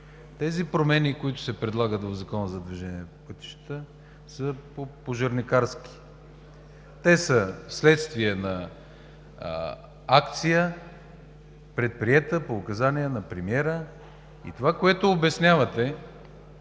Промените, които се предлагат в Закона за движение по пътищата, са пожарникарски. Те са вследствие на акция, предприета по указание на премиера и това, което обяснявате,